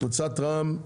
קבוצת רע"מ,